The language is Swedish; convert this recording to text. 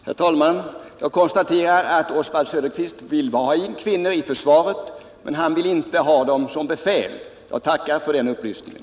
Herr talman! Jag konstaterar att Oswald Söderqvist vill ha in kvinnor i försvaret, men han vill inte ha dem som befäl! Jag tackar för den upplysningen.